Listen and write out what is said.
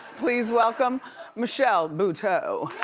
please welcome michelle buteau.